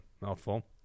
mouthful